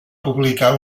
publicar